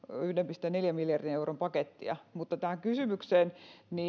yhden pilkku neljän miljardin euron pakettia tähän kysymykseen